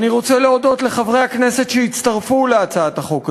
אני רוצה להודות לחברי הכנסת שהצטרפו להצעת החוק הזו,